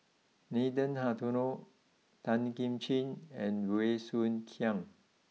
Nathan Hartono Tan Kim Ching and Bey Soo Khiang